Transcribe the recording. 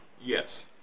Yes